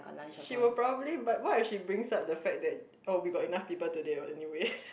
she will probably but what if she brings up the fact that oh we got enough people today oh anyway